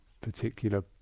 particular